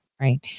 right